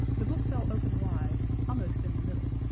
the book fell open wide, almost in the middle,